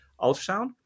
ultrasound